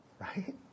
Right